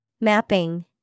Mapping